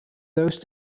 those